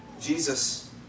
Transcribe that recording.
Jesus